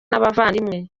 n’abavandimwe